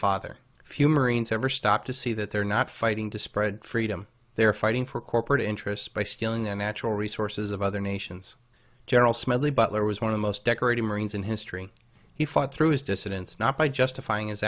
father a few marines ever stop to see that they're not fighting to spread freedom they are fighting for corporate interests by stealing their natural resources of other nations general smedley butler was one of most decorated marines in history he fought through his dissidents not by justifying his